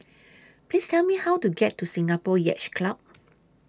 Please Tell Me How to get to Singapore Yacht Club